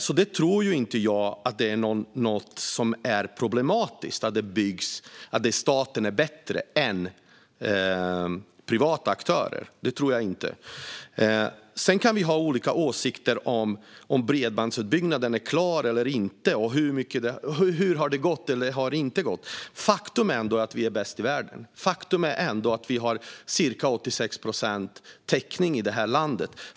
Jag tror inte att detta är något som är problematiskt, och jag tror inte att staten är bättre än privata aktörer. Sedan kan vi ha olika åsikter om huruvida bredbandsutbyggnaden är klar eller inte och om hur det har gått eller inte gått. Faktum är ändå att vi är bäst i världen. Faktum är ändå att vi har ca 86 procents täckning i det här landet.